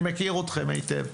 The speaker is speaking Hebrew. אני מכיר אתכם היטב.